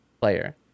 player